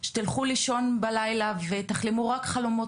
שתלכו לישון בלילה ותחלמו רק חלומות